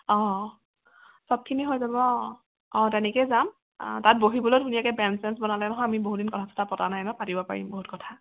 অঁ চবখিনি হৈ যাব অঁ তেনেকৈয়ে যাম তাত বহিবলৈয়ো ধুনীয়াকৈ বেঞ্চ চেন্স বনালে নহয় আমি বহুদিন কথা চথা পতা নাই নহয় পাতিব পাৰিম বহুত কথা